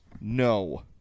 no